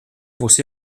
būs